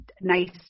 nice